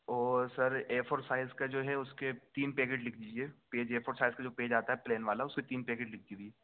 اور sir A four size کا جو ہے اس کے تین پیکٹ لکھ دیجیے پیج اے فور سائز کا جو پیج آتا ہے پلین والا اس کے تین پیکٹ لکھ دیجیے